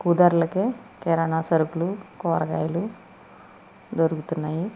తక్కువ ధరలకే కిరాణా సరుకులు కూరగాయాలు దొరుకుతున్నాయి